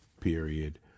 period